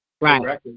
Right